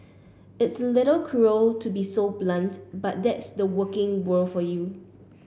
it's a little cruel to be so blunt but that's the working world for you